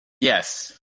Yes